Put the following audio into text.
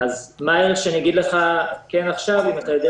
אז מה יהיה שאגיד לך כן עכשיו אם אתה יודע